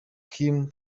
kim